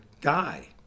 guy